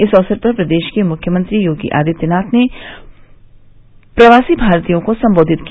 इस अवसर पर प्रदेश के मुख्यमंत्री योगी आदित्यनाथ ने भी प्रवासी भारतियों को सम्बोधित किया